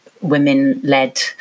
women-led